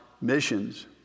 missions